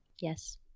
Yes